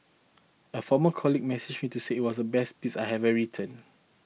a former colleague messaged to say it was the best piece I have written